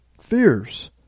fierce